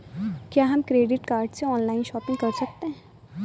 क्या हम credit card से ऑनलाइन शॉपिंग कर सकते हैं?